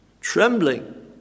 trembling